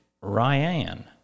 Ryan